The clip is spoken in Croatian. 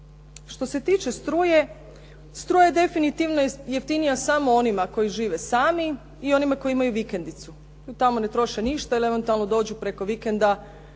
Što se tiče struje, struja je definitvno jeftinija samo onima koji žive sami i oni koji imaju vikendicu. Tamo ne troše ništa ili eventualno dođu preko vikenda